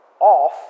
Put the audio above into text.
off